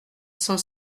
cent